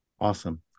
Awesome